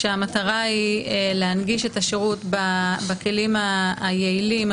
כשהמטרה היא להנגיש את השירות בכלים היעילים,